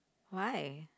why